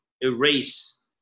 erase